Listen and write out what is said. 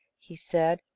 he said,